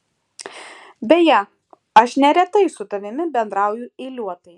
beje aš neretai su tavimi bendrauju eiliuotai